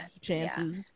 chances